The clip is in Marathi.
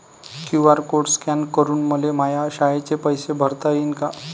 क्यू.आर कोड स्कॅन करून मले माया शाळेचे पैसे भरता येईन का?